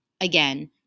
again